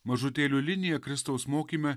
mažutėlių linija kristaus mokyme